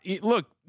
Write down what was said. Look